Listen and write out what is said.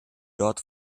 dort